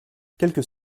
quelques